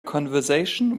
conversation